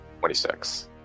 26